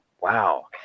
wow